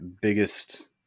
biggest